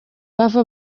bava